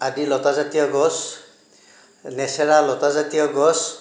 আদি লতা জাতীয় গছ নেচেৰা লতা জাতীয় গছ